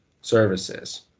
services